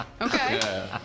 Okay